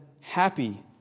happy